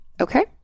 Okay